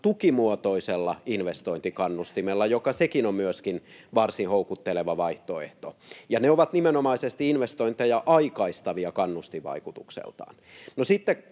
tukimuotoisella investointikannustimella, joka sekin on myöskin varsin houkutteleva vaihtoehto, ja ne ovat nimenomaisesti investointeja aikaistavia kannustinvaikutukseltaan.